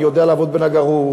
אני יודע לעבוד בנגרות,